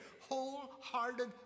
wholehearted